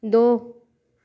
दो